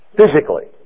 Physically